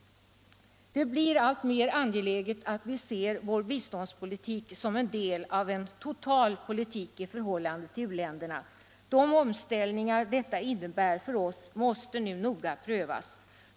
Det blir alltmer angeläget att vi ser vår biståndspolitik som en del av en total politik i förhållande till u-länderna. De omställningar detta innebär för oss måste nu noga prövas.